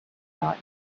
dot